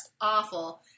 awful